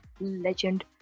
legend